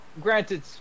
granted